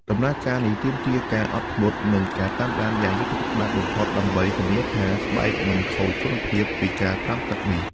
ដំណើរការនេះទាមទារការអត់ធ្មត់និងការតាមដានយ៉ាងយកចិត្តទុកដាក់បំផុតដើម្បីធានាថាស្បែកមិនខូចគុណភាពពីការត្រាំទឹកនេះ។